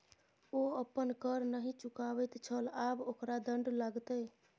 ओ अपन कर नहि चुकाबैत छल आब ओकरा दण्ड लागतै